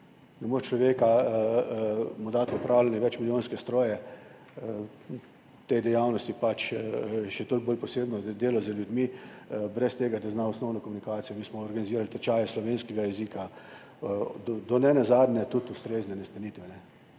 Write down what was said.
moreš človeku dati v upravljanje večmilijonske stroje – te dejavnosti so pač še toliko bolj posebno delo z ljudmi – brez tega, da zna osnovno komunikacijo. Mi smo organizirali tečaj slovenskega jezika, do nenazadnje tudi ustrezne nastanitve,